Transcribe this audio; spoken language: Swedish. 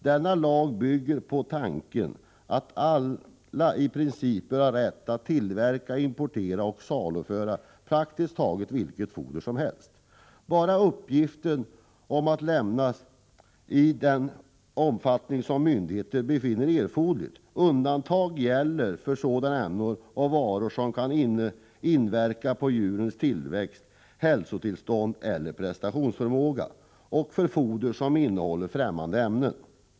Denna lag bygger på tanken att alla i princip bör ha rätt att tillverka, importera och saluföra praktiskt taget vilket foder som helst, bara uppgifter om detta lämnas i den omfattning som myndigheter bedömer erforderligt. Undantag gäller för sådana ämnen och varor som kan inverka på djurens tillväxt, hälsotillstånd eller prestationsförmåga och för foder som innehåller främmande ämnen.